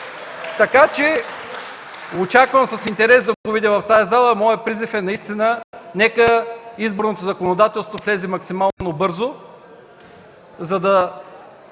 ГЕРБ.) Очаквам с интерес да го видя в тази зала. Моят призив е наистина нека изборното законодателство влезе максимално бързо, за да